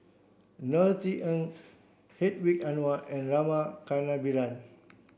Norothy Ng Hedwig Anuar and Rama Kannabiran